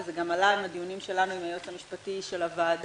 זה גם עלה בדיונים שלנו עם הייעוץ המשפטי של הוועדה.